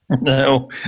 No